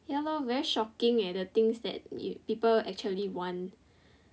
ya lor very shocking eh the things that people actually want